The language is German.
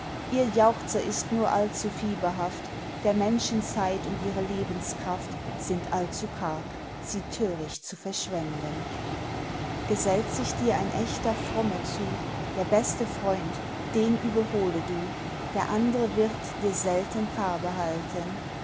ihr jauchzer ist nur allzu fieberhaft der menschen zeit und ihre lebenskraft sind allzu karg sie töricht zu verschwenden gesellt sich dir ein echter fromme zu der beste freund den überhole du der andre wird dir selten farbe halten